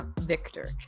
Victor